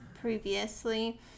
previously